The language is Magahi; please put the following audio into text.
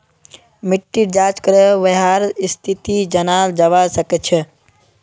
मिट्टीर जाँच करे वहार स्थिति जनाल जवा सक छे